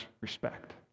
respect